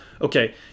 okay